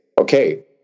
okay